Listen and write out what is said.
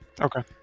Okay